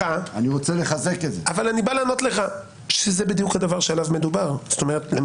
בדיוק על זה מדובר.